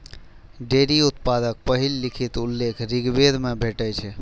dairy उत्पादक पहिल लिखित उल्लेख ऋग्वेद मे भेटै छै